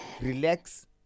relax